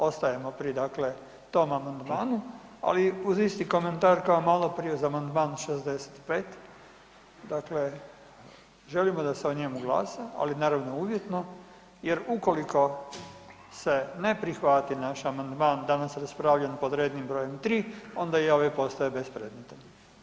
Ostajemo pri tom amandmanu, ali uz isti komentar kao maloprije za amandman 65, dakle želimo da se o njemu glasa, ali naravno uvjetno jer ukoliko se ne prihvati naš amandman danas raspravljen pod rednim brojem 3 onda i ovaj postaje bespredmetan.